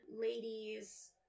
ladies